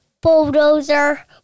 bulldozer